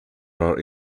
are